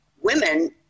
women